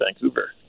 Vancouver